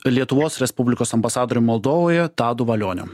lietuvos respublikos ambasadorium moldovoje tadu valioniu